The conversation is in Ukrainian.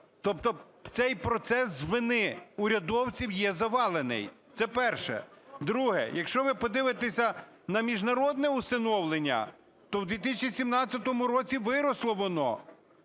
Тобто цей процес з вини урядовців є завалений. Це перше. Друге. Якщо ви подивитеся на міжнародне усиновлення, то в 2017 році виросло воно